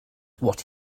what